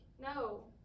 no